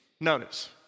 Notice